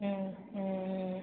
ம் ம் ம்